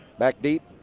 back deep,